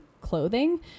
clothing